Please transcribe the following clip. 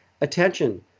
attention